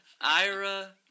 ira